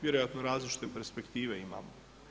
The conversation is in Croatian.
Vjerojatno različite perspektive imamo.